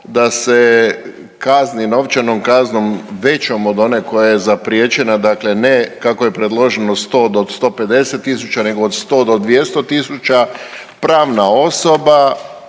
da se kazni novčanom kaznom većom od one koja je zapriječena, dakle ne kako je predloženo 100 do 150 tisuća nego od 100 do 200 tisuća pravna osoba,